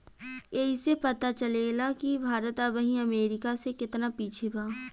ऐइसे पता चलेला कि भारत अबही अमेरीका से केतना पिछे बा